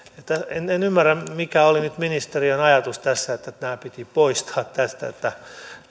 en ymmärrä mikä oli nyt ministeriön ajatus tässä että nämä piti poistaa tästä